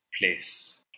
place